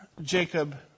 Jacob